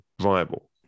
viable